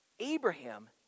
Abraham